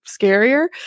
scarier